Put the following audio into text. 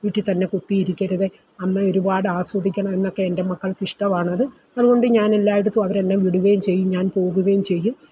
വീട്ടിൽത്തന്നെ കുത്തിയിരിക്കരുത് അമ്മ ഒരുപാട് ആസ്വദിക്കണം എന്നൊക്കെ എൻ്റെ മക്കൾക്കിഷ്ടമാണത് അതുകൊണ്ട് ഞാൻ എല്ലായിടത്തും അവർ എന്നെ വിടുകയും ചെയ്യും ഞാൻ പോകുകയും ചെയ്യും